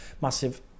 massive